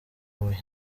huye